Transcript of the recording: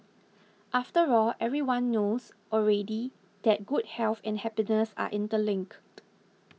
after all everyone knows already that good health and happiness are interlinked